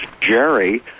Jerry